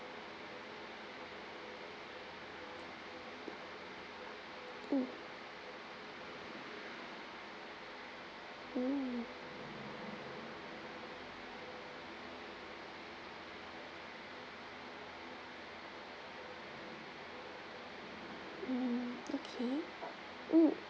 mm mm mm okay mm